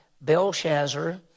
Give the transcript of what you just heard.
Belshazzar